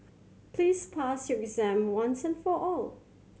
please pass your exam once and for all